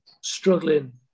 struggling